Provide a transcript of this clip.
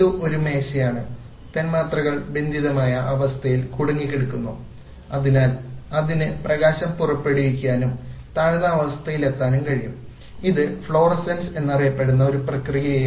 ഇത് ഒരു മേശയാണ് തന്മാത്രകൾ ബന്ധിതമായ അവസ്ഥയിൽ കുടുങ്ങിക്കിടക്കുന്നു അതിനാൽ അതിന് പ്രകാശം പുറപ്പെടുവിക്കാനും താഴ്ന്ന അവസ്ഥയിലെത്താനും കഴിയും ഇത് ഫ്ലോറസെൻസ് എന്നറിയപ്പെടുന്ന ഒരു പ്രക്രിയയാണ്